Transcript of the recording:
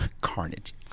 Carnage